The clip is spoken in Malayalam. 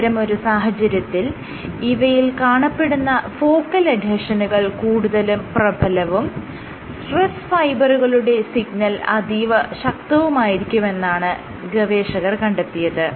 ഇത്തരമൊരു സാഹചര്യത്തിൽ ഇവയിൽ കാണപ്പെടുന്ന ഫോക്കൽ എഡ്ഹെഷനുകൾ കൂടുതൽ പ്രബലവും സ്ട്രെസ്സ്ഫൈബറുകളുടെ സിഗ്നൽ അതീവശക്തമായിരിക്കുമെന്നാണ് ഗവേഷകർ കണ്ടെത്തിയത്